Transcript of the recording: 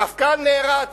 מפכ"ל נערץ,